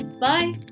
Bye